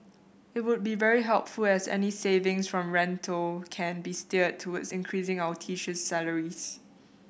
it would be very helpful as any savings from rental can be steered towards increasing our teacher's salaries